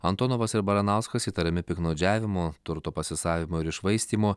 antonovas ir baranauskas įtariami piktnaudžiavimu turto pasisavinimu ir iššvaistymu